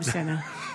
לא לא.